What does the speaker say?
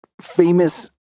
famous